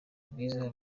bwiza